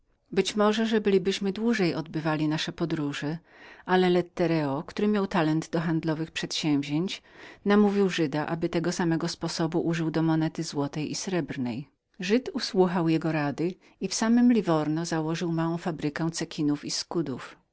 być może że bylibyśmy dłużej pielęgnowali tę gałęź przemysłu ale lettereo w którym rozwinęła się zdolność do handlowych przedsięwzięć namówił żyda aby tego samego sposobu użyć do monety złotej i srebrnej żyd usłuchał jego rady i w samem mieście liwurno założył małą fabrykę cekinów i skudów